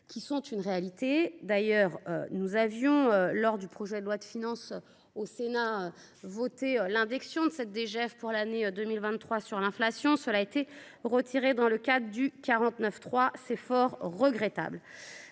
qui sont une réalité d'ailleurs nous avions lors du projet de loi de finances au Sénat. Voter l'injection de cette DGF pour l'année 2023 sur l'inflation sur a été retiré dans le cadre du 49.3 c'est fort regrettable.